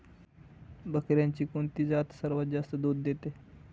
बकऱ्यांची कोणती जात सर्वात जास्त दूध देते?